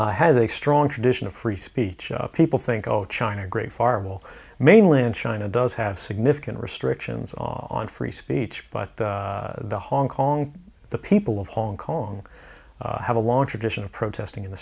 has a strong tradition of free speech people think oh china great farmall mainland china does have significant restrictions on free speech but the hong kong the people of hong kong have a long tradition of protesting in the